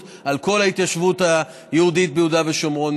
על כל ההתיישבות היהודית ביהודה ושומרון.